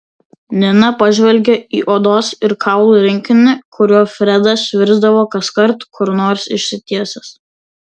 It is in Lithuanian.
nina pažvelgė į odos ir kaulų rinkinį kuriuo fredas virsdavo kaskart kur nors išsitiesęs